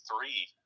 three